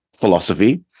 philosophy